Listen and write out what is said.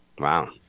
Wow